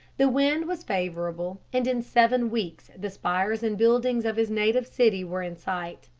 the wind was favorable and in seven weeks the spires and buildings of his native city were in sight.